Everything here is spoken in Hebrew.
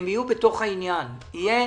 הם יהיו בתוך העניין, יהיה